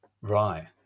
Right